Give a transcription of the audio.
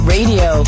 Radio